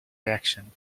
reaction